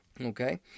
Okay